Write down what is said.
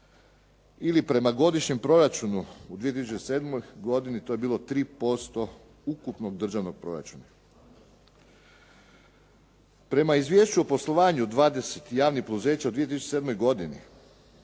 ili prema godišnjem proračunu u 2007. godini to je bilo 3% ukupnog državnog proračuna. Prema izvješću o poslovanju 20 javnih poduzeća u 2007. godini